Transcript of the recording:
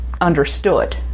understood